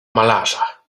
malarza